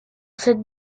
cette